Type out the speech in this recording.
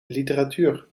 literatuur